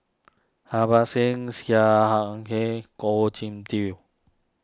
Harbans Singh Sia hang Kah Goh Jin Tub